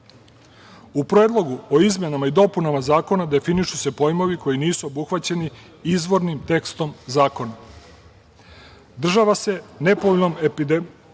Predlogu o izmenama i dopunama zakona definišu se pojmovi koji nisu obuhvaćeni izvornim tekstom zakona - država sa nepovoljnom epidemiološkom